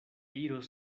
iros